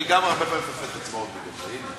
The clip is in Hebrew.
אני גם הרבה פעמים מפספס הצבעות בגלל זה.